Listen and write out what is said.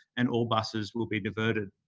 and all buses will be diverted.